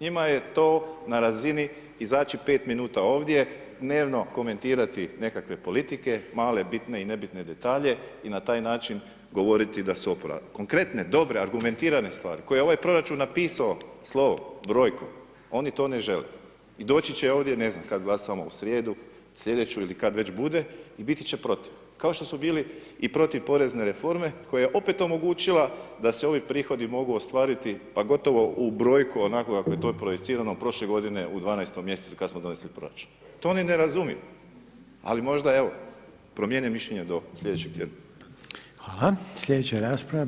njima je to na razini izaći 5 minuta ovdje, dnevno komentirati nekakve politike, male bitne i nebitne detalje, i na taj način govoriti da su ... konkretne, dobre, argumentirane stvari koje je ovaj proračun napis'o slovom, brojkom, oni to ne žele, i doći će ovdje, ne znam, kad glasamo u srijedu sljedeću, ili kad već bude i biti će protiv, kao što su bili i protiv porezne reforme koja je opet omogućila da se ovi prihodi mogu ostvariti pa gotovo u brojku onako kako je to projicirano prošle godine u 12. mjesecu kad smo donesli proračun, to oni ne razumiju, ali možda, evo, promijene mišljenje do sljedećeg tjedna.